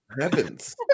heavens